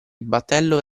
battello